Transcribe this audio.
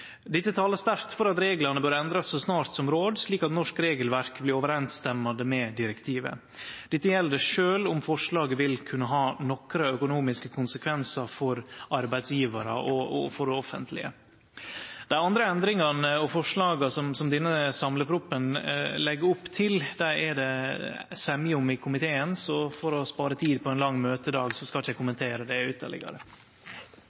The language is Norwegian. Dette talar sterkt for at reglane bør endrast så snart som råd, slik at norsk regelverk blir i samsvar med direktivet. Dette gjeld sjølv om forslaget vil kunne ha nokre økonomiske konsekvensar for arbeidsgjevarar og det offentlege. Dei andre endringane og forslaga som denne samleproposisjonen legg opp til, er det semje om i komiteen, så for å spare tid på ein lang møtedag, skal ikkje eg